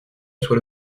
soit